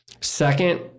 Second